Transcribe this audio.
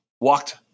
walked